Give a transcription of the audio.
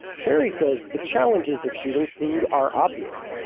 terry says the challenges of shooting food are obvious.